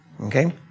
okay